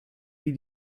wie